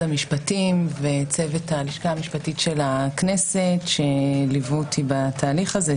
המשפטים וצוות הלשכה המשפטית של הכנסת שליוו אותי בתהליך הזה,